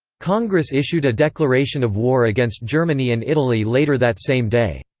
congress issued a declaration of war against germany and italy later that same day.